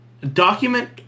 Document